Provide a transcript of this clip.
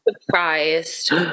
surprised